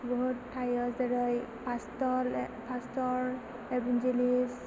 बुहुथ थायो जेरै पेसटर एभेनजेलिस्थ